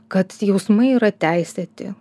kad jausmai yra teisėti